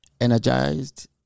energized